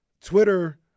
Twitter